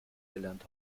gelernt